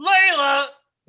Layla